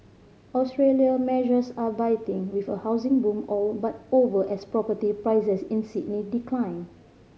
Australia measures are biting with a housing boom all but over as property prices in Sydney decline